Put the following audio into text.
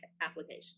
application